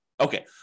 Okay